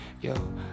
Yo